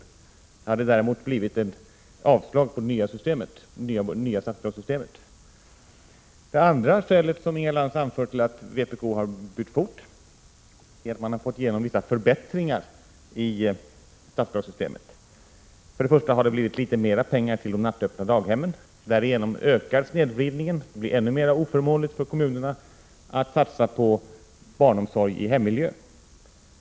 Däremot hade det blivit avslag på det nya statsbidragssystemet. Det andra skälet som Inga Lantz anför till att vpk har bytt fot är att man har fått igenom vissa förbättringar i statsbidragssystemet. För det första har det blivit litet mera pengar till de nattöppna daghemmen. Men därigenom ökar snedvridningen och det blir ännu mera oförmånligt för kommunerna att satsa på barnomsorg i hemmiljö.